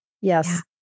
Yes